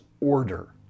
order